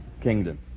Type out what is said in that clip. kingdom